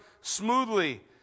smoothly